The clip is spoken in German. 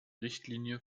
richtlinie